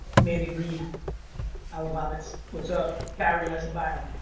mandy read alibaba it's what's up. barry eisen byam.